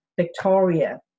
Victoria